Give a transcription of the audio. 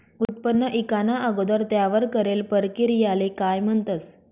उत्पन्न ईकाना अगोदर त्यावर करेल परकिरयाले काय म्हणतंस?